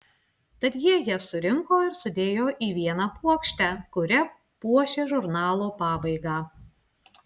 tad jie jas surinko ir sudėjo į vieną puokštę kuria puošė žurnalo pabaigą